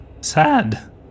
sad